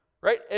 Right